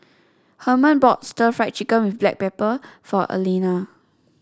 Herman bought stir Fry Chicken with Black Pepper for Alayna